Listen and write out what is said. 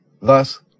Thus